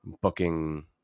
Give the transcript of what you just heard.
booking